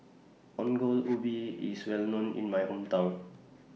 Ongol Ubi IS Well known in My Hometown